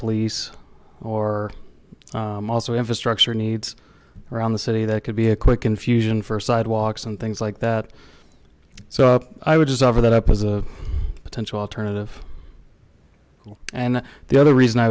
police or also infrastructure needs around the city that could be a quick infusion for sidewalks and things like that so i would just offer that up as a potential alternative and the other reason i